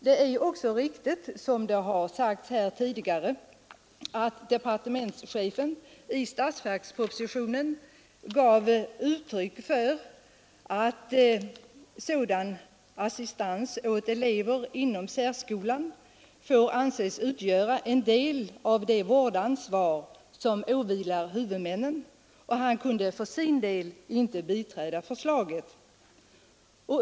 Det är riktigt som tidigare sagts här att departementschefen i 1971 års statsverksproposition anförde att då sådan assistans åt elever inom särskolan får anses utgöra en del av det vårdansvar som åvilar huvudmännen kunde han för sin del inte biträda förslaget.